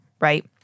right